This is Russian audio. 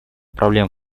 проблема